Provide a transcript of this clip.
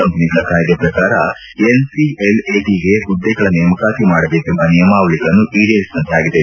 ಕಂಪನಿಗಳ ಕಾಯ್ದೆಗಳ ಪ್ರಕಾರ ಎನ್ಸಿಎಲ್ಎಟಿಗೆ ಹುದ್ದೆಗಳ ನೇಮಕಾತಿ ಮಾಡಬೇಕೆಂಬ ನಿಯಮಾವಳಿಗಳನ್ನು ಈಡೇರಿಸಿದಂತಾಗಿದೆ